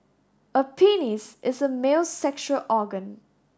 a penis is a male's sexual organ